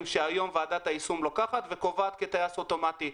שהיום ועדת היישום לוקחת וקובעת כטייס אוטומטי.